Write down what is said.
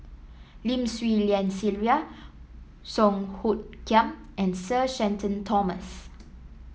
Lim Swee Lian Sylvia Song Hoot Kiam and Sir Shenton Thomas